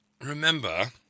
remember